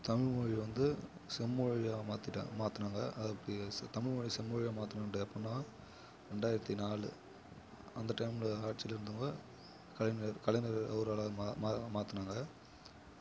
தமிழ்மொழி வந்து செம்மொழியாக மாற்றிட்டாங்க மாற்றினாங்க அதுக்கு செ தமிழ்மொழியை செம்மொழியாக மாற்றுன ஆண்டு எப்பிடின்னா ரெண்டாயிரத்தி நாலு அந்த டைமில் ஆட்சியில் இருந்தவங்க கலைஞர் கலைஞர் அவரால் மாற்றுனாங்க